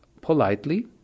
politely